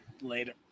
Later